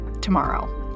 tomorrow